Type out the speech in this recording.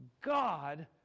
God